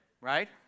right